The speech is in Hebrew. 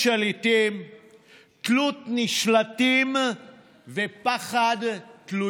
לקבוע תאריך מוקדם יותר לבחירות.